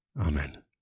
Amen